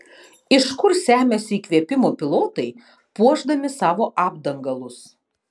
iš kur semiasi įkvėpimo pilotai puošdami savo apdangalus